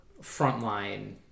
frontline